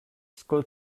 school